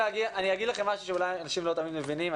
אגיד לכם משהו שאולי אנשים לא תמיד מבינים.